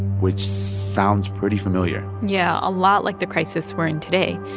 which sounds pretty familiar yeah, a lot like the crisis we're in today.